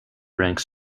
ranks